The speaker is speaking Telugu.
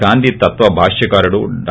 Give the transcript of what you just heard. గాంధీతత్త భాష్కకారుడు డా